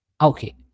Okay